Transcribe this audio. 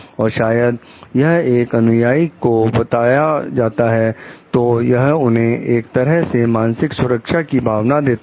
और शायद यह जब अनुयायियों को बताया जाता है तो यह उन्हें एक तरह से मानसिक सुरक्षा की भावना देता है